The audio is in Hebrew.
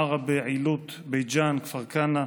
עראבה, עילוט, בית ג'ן, כפר כנא,